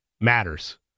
matters